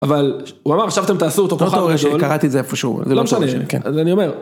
אבל הוא אמר, עכשיו אתם תעשו אותו כוכב גדול. לא טוב, קראתי את זה איפשהו, זה לא משנה. לא משנה, אז אני אומר.